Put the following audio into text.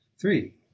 three